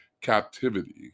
captivity